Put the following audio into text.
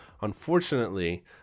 Unfortunately